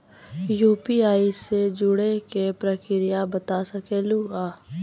UPI से जुड़े के प्रक्रिया बता सके आलू है?